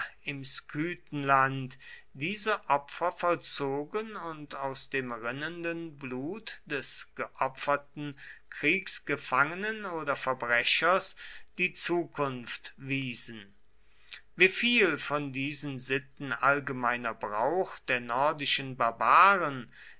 im skythenland diese opfer vollzogen und aus dem rinnenden blut des geopferten